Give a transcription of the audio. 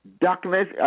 Darkness